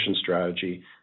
strategy